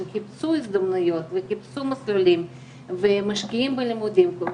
הם חיפשו הזדמנויות וחיפשו מסלולים ומשקיעים בלימודים פה,